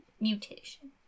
Mutation